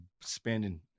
spending